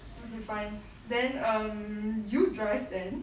okay fine then um you drive then